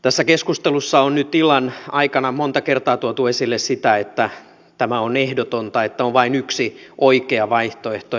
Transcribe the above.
tässä keskustelussa on nyt illan aikana monta kertaa tuotu esille sitä että tämä on ehdotonta että on vain yksi oikea vaihtoehto